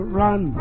run